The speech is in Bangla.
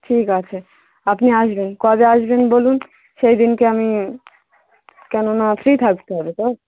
ঠিক আছে আপনি আসবেন কবে আসবেন বলুন সেই দিনকে আমি কেননা ফ্রি থাকতে হবে তো